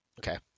okay